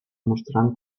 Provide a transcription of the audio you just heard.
mostrant